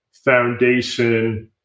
foundation